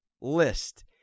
list